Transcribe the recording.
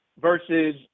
versus